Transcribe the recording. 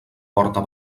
porta